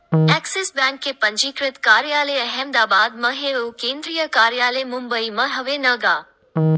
Axis Bank के पंजीकृत कारयालय अहमदाबाद म हे अउ केंद्रीय कारयालय मुबई म हवय न गा